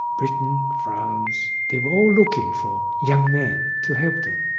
britain, france, they were all looking for young men to help them.